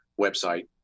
website